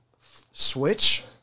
switch